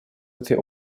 этой